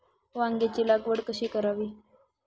वांग्यांची लागवड कशी करावी?